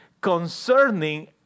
concerning